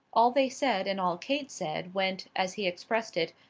all they said and all kate said, went, as he expressed it,